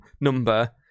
number